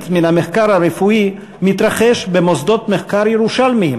מן המחקר הרפואי מתרחש במוסדות מחקר ירושלמיים,